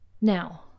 Now